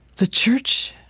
the church,